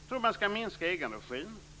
Jag tror att man skall minska egenregin.